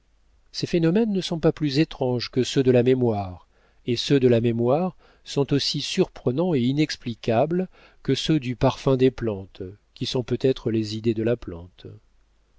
ces phénomènes ne sont pas plus étranges que ceux de la mémoire et ceux de la mémoire sont aussi surprenants et inexplicables que ceux du parfum des plantes qui sont peut-être les idées de la plante